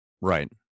Right